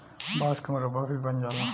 बांस के मुरब्बा भी बन जाला